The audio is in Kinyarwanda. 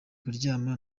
kuryama